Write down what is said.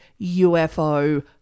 UFO